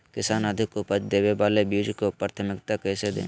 किसान अधिक उपज देवे वाले बीजों के प्राथमिकता कैसे दे?